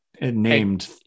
named